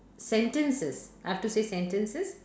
sentences I have to say sentences